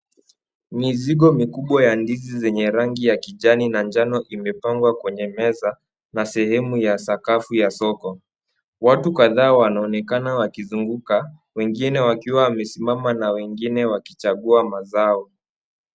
Mizigo mikubwa ya ndizi zenye rangi ya kijani na njano imepangwa kwenye meza na sehemu ya sakafu ya soko. Watu kadhaa wanaonekana wakizunguka, wengine wakiwa wamesimama na wengine wakichagua mazao.